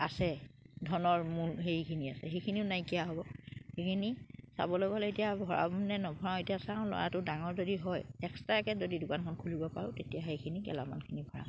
আছে ধনৰ মূল হেৰিখিনি আছে সেইখিনিও নাইকিয়া হ'ব সেইখিনি চাবলৈ গ'লে এতিয়া ভৰামনে নভৰাওঁ এতিয়া চাওঁ ল'ৰাটো ডাঙৰ যদি হয় এক্সট্ৰাকে যদি দোকানখন খুলিব পাৰোঁ তেতিয়া সেইখিনি গেলামালখিনি ভৰাম